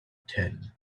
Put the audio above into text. ten